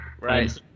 Right